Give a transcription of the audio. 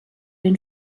den